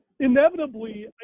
inevitably